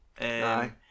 Aye